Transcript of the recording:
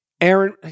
Aaron